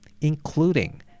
including